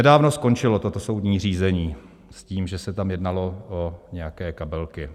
Nedávno skončilo toto soudní řízení s tím, že se tam jednalo o nějaké kabelky.